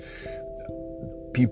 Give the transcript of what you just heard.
people